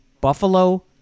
Buffalo